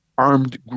armed